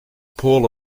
pool